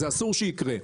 אסור שכך יקרה.